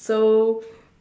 so